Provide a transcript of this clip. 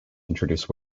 introduce